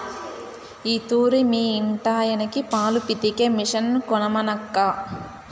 ఈ తూరి మీ ఇంటాయనకి పాలు పితికే మిషన్ కొనమనక్కా